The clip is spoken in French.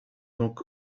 donc